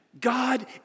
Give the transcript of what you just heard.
God